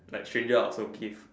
like stranger I also give